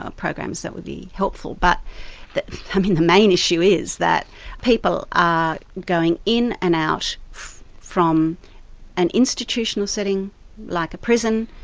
ah programs that would be helpful. but the main issue is that people are going in and out from an institutional setting like a prison,